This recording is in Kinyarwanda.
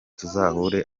tuzahure